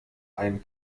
ein